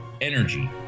energy